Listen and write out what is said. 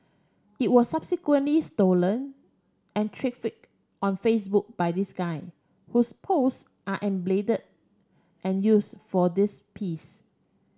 it was subsequently stolen and on Facebook by this gun whose pose are and use for this piece